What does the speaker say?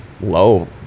low